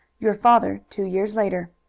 your father two years later.